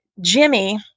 Jimmy